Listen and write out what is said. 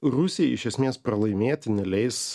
rusijai iš esmės pralaimėti neleis